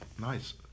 Nice